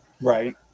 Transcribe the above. Right